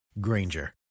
Granger